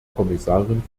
kommissarin